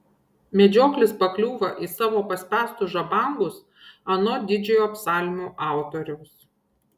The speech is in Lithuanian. medžioklis pakliūva į savo paspęstus žabangus anot didžiojo psalmių autoriaus